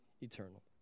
eternal